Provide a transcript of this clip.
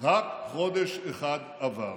רק חודש אחד עבר,